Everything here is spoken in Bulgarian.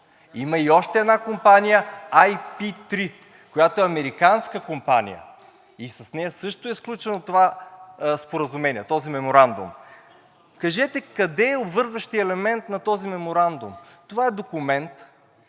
Има и още една компания – IP3, която е американска компания, и с нея също е сключено това споразумение, този меморандум. Кажете къде е обвързващият елемент на този меморандум. Това е документ,